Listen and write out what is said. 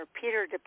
Peter